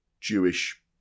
Jewish